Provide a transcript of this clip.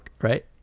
right